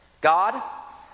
...God